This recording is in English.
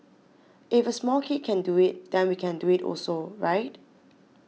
if a small kid can do it then we can do it also right